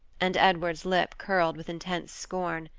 and edward's lip curled with intense scorn.